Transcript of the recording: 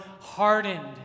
hardened